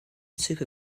super